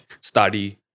study